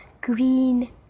green